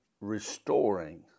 restoring